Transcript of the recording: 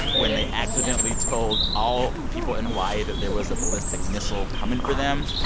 when they accidentally told all people in hawaii that there was a ballistic missile coming for them.